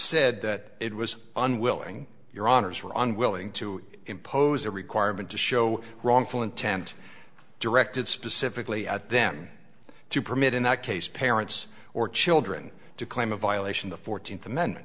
said that it was unwilling your honour's were unwilling to impose a requirement to show wrongful intent directed specifically at them to permit in that case parents or children to claim a violation the fourteenth amendment